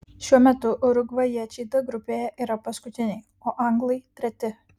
šiuo metu urugvajiečiai d grupėje yra paskutiniai o anglai treti